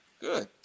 Good